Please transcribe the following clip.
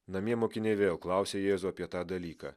namie mokiniai vėl klausė jėzų apie tą dalyką